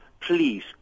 please